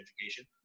education